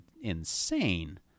insane